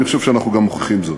אני חושב שאנחנו גם מוכיחים זאת.